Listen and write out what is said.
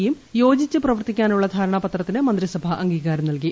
യും യോജിച്ച് പ്രവർത്തിക്കാനുള്ള ധാരണാപത്രത്തിന് മന്ത്രിസഭ അംഗീകാരം നൽകി